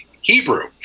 Hebrew